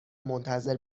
منتظر